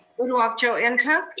uduak-joe and yeah